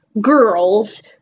girls